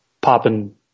popping